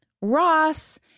Ross